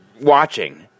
watching